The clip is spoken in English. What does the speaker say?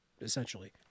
essentially